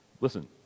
Listen